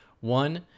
One